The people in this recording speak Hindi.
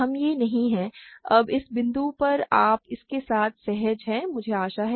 हम यह नहीं है अब इस बिंदु पर आप इसके साथ सहज हैं मुझे आशा है